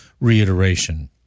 reiteration